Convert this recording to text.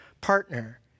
partner